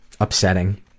upsetting